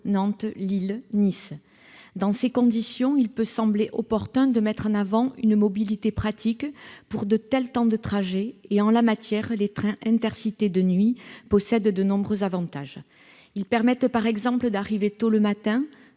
huit heures. Dans ces conditions, il peut sembler opportun de mettre en avant une mobilité pratique pour de tels temps de trajets et, en la matière, les trains Intercités de nuit présentent de nombreux avantages. Ils permettent par exemple d'arriver tôt le matin